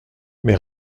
mais